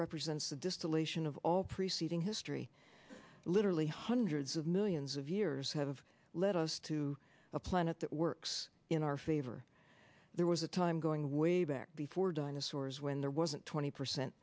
represents the distillation of all preceding history literally hundreds of millions of years have led us to a planet that works in our favor there was a time going way back before dinosaurs when there wasn't twenty percent